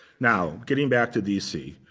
now getting back to dc.